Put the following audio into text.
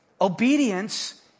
Obedience